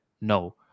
no